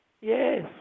Yes